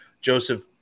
joseph